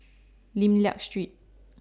Lim Liak Street